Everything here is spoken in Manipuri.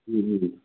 ꯎꯝ ꯎꯝ